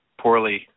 poorly